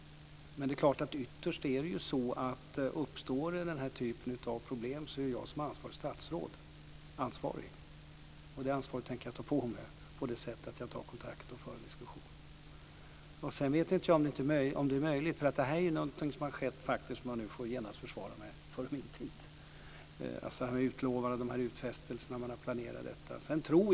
Men ytterst är det så att om det uppstår den typen av problem är det jag som är ansvarigt statsråd. Det ansvaret tänker jag ta på mig genom att ta kontakt och föra en diskussion. Dessa utfästelser och planeringen är något som har skett - om jag genast får försvara mig - före min tid.